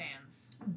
fans